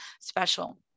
special